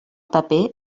paper